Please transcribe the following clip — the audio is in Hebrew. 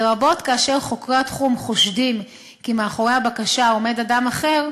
לרבות כאשר חוקרי התחום חושדים כי מאחורי הבקשה עומד אדם אחר,